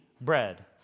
bread